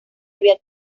habían